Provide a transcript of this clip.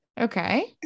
Okay